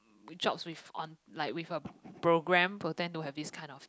with job with on like with a program potent to have this kind of things